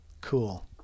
Cool